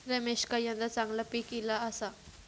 रमेशका यंदा चांगला पीक ईला आसा